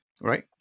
Right